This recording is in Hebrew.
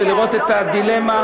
ולראות את הדילמה?